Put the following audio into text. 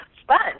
sponge